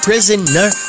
Prisoner